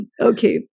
Okay